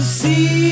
see